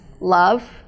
love